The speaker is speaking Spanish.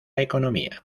economía